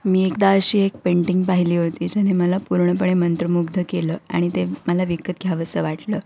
मी एकदा अशी एक पेंटिंग पाहिली होती ज्याने मला पूर्णपणे मंत्रमुग्ध केलं आणि ते मला विकत घ्यावंसं वाटलं